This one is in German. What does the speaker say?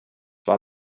war